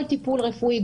כל טיפול רפואי,